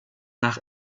nach